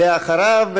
ואחריו,